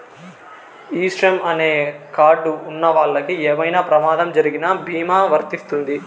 ఈ శ్రమ్ అనే కార్డ్ లు ఉన్నవాళ్ళకి ఏమైనా ప్రమాదం జరిగిన భీమా వర్తిస్తుంది